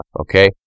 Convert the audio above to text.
okay